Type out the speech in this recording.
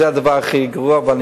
זה הדבר הכי גרוע.